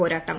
പോരാട്ടം